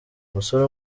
umusore